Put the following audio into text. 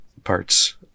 parts